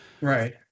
Right